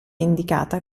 indicata